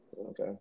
okay